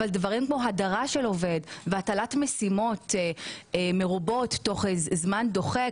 אבל דברים כמו הדרה של עובד והטלת משימות מרובות בזמן דוחק